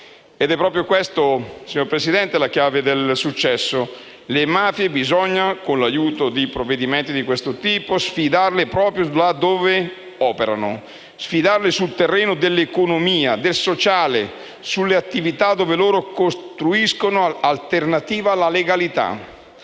Ed è proprio questa, signora Presidente, la chiave del successo. Con l'aiuto di provvedimenti di questo tipo bisogna sfidare le mafie proprio laddove operano; sfidarle sul terreno dell'economia, del sociale, sulle attività dove costruiscono alternativa alla legalità.